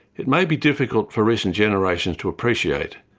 it may be difficult for recent generations to appreciate,